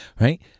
right